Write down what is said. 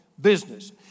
business